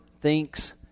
thinks